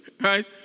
right